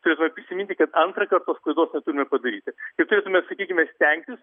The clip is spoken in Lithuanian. turėtume prisiminti kad antrąkart tos klaidos neturime padaryti ir turėtume sakykime stengtis